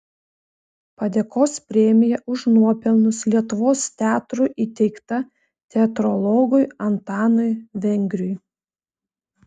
padėkos premija už nuopelnus lietuvos teatrui įteikta teatrologui antanui vengriui